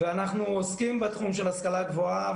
ואנחנו עוסקים בתחום של השכלה גבוהה.